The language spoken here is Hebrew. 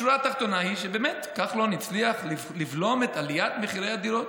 השורה התחתונה היא שבאמת כחלון הצליח לבלום את עליית מחירי הדירות.